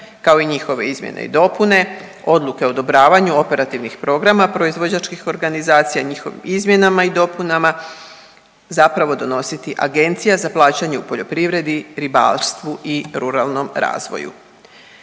kao i njihove izmjene i dopune, odluke o odobravanju operativnih programa proizvođačkih organizacija, njihovim izmjenama i dopunama zapravo donositi Agencija za plaćanje u poljoprivredi, ribarstvu i ruralnom razvoju.